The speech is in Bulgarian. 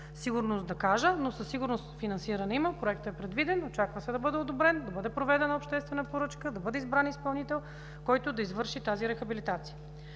сигурност да кажа. Със сигурност обаче финансиране има, проектът е предвиден, очаква се да бъде одобрен, да бъде проведена обществена поръчка, да бъде избран изпълнител, който да извърши тази рехабилитация.